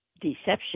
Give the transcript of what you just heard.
Deception